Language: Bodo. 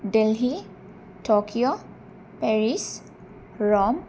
दिल्लि टकिअ पेरिस रम